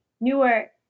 newer